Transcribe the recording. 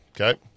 okay